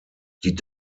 die